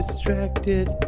Distracted